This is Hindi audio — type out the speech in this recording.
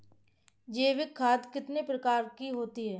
जैविक खाद कितने प्रकार की होती हैं?